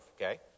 Okay